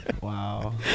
Wow